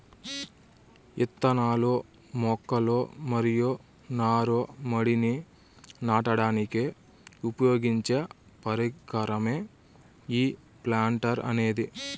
ఇత్తనాలు, మొక్కలు మరియు నారు మడిని నాటడానికి ఉపయోగించే పరికరమే ఈ ప్లాంటర్ అనేది